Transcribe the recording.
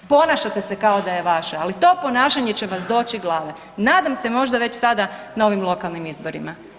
Ponašate se kao da je vaša, ali to ponašanje će vas doći glave, nadam se možda već sada na ovim lokalnim izborima.